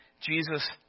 Jesus